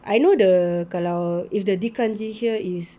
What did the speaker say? I know the kalau if the d'kranji here is